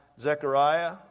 Zechariah